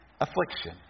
affliction